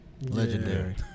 Legendary